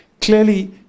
clearly